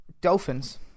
Dolphins